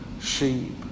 sheep